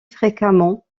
fréquemment